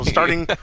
starting